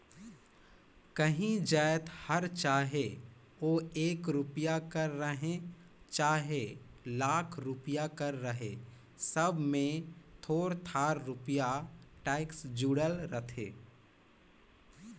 काहीं जाएत हर चहे ओ एक रूपिया कर रहें चहे लाख रूपिया कर रहे सब में थोर थार रूपिया टेक्स जुड़ल रहथे